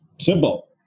Simple